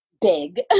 big